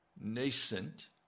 nascent